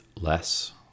less